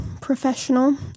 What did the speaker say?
professional